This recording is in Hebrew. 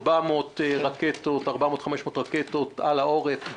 400 500 רקטות על העורף,